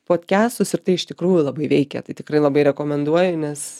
podkestus ir tai iš tikrųjų labai veikia tai tikrai labai rekomenduoju nes